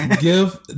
Give